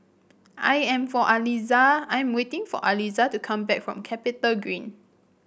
I am for Aliza I'm waiting for Aliza to come back from CapitaGreen